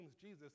Jesus